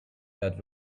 that